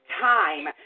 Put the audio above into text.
time